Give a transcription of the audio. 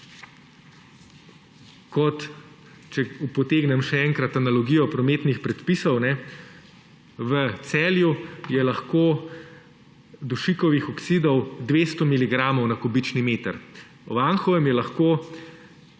kot če potegnem še enkrat analogijo prometnih predpisov. V Celju je lahko dušikovih oksidov 200 miligramov na kubični meter, v Anhovem je lahko